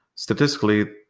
statistically,